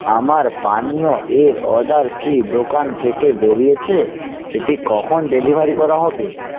আমার পানীয় এর অর্ডার কি দোকান থেকে বেরিয়েছে এটি কখন ডেলিভারি করা হবে